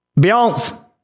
Beyonce